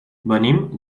venim